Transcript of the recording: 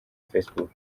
facebook